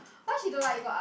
what she don't like ego ah